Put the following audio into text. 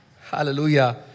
Hallelujah